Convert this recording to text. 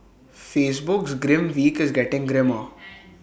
Facebook's grim week is getting grimmer